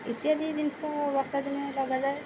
ଇତ୍ୟାଦି ଜିନିଷ ବର୍ଷା ଦିନେ ଲଗାଯାଏ